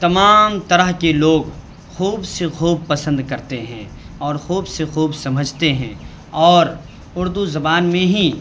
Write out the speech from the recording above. تمام طرح کے لوگ خوب سے خوب پسند کرتے ہیں اور خوب سے خوب سمجھتے ہیں اور اردو زبان میں ہی